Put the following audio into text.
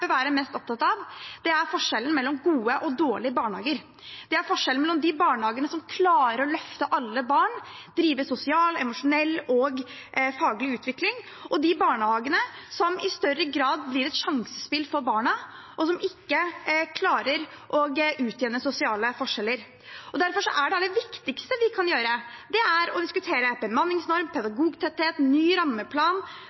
bør være mest opptatt av – og det er forskjellen mellom gode og dårlige barnehager. Det er forskjellen mellom de barnehagene som klarer å løfte alle barn og drive sosial, emosjonell og faglig utvikling, og de barnehagene som i større grad blir et sjansespill for barna, og som ikke klarer å utjevne sosiale forskjeller. Derfor er det aller viktigste vi kan gjøre, å diskutere bemanningsnorm,